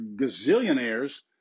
gazillionaires